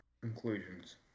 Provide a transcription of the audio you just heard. conclusions